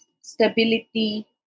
stability